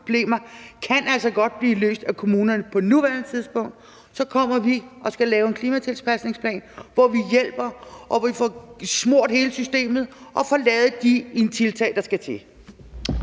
kan altså godt blive løst af kommunerne på nuværende tidspunkt. Så kommer vi og skal lave en klimatilpasningsplan, hvor vi hjælper, og hvor vi får smurt hele systemet og får lavet de tiltag, der skal til.